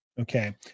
Okay